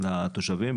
לתושבים,